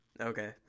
Okay